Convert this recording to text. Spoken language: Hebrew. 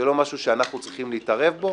זה לא משהו שאנחנו צריכים להתערב בו.